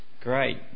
Great